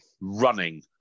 Running